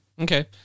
Okay